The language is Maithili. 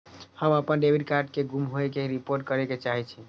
हम अपन डेबिट कार्ड के गुम होय के रिपोर्ट करे के चाहि छी